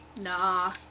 Nah